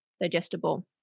Digestible